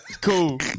cool